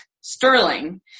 Sterling